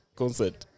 concert